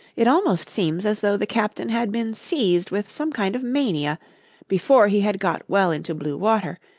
it almost seems as though the captain had been seized with some kind of mania before he had got well into blue water,